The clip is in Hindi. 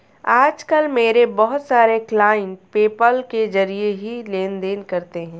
आज कल मेरे बहुत सारे क्लाइंट पेपाल के जरिये ही लेन देन करते है